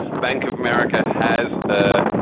bank of america has a.